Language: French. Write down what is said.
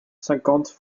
cinquante